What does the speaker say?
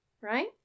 Right